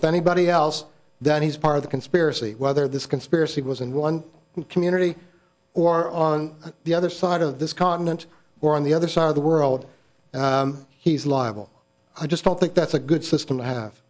with anybody else that he's part of the conspiracy whether this conspiracy was in one community or on the other side of this continent or on the other side of the world he's liable i just don't think that's a good system to have